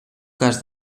cas